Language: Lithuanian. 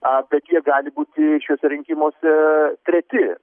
apie kiek gali būti šiuose rinkimuose treti